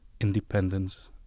independence